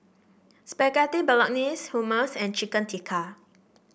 Spaghetti Bolognese Hummus and Chicken Tikka